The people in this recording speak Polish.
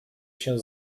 się